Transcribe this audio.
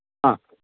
ആ